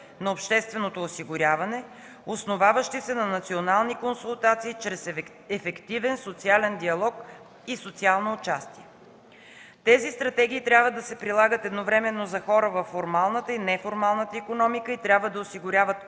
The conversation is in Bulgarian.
на общественото осигуряване, основаващи се на национални консултации чрез ефективен социален диалог и социално участие. Тези стратегии трябва да се прилагат едновременно за хора във формалната и неформалната икономика и трябва да осигуряват